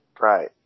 Right